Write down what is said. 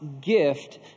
gift